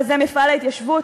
מפעל ההתיישבות,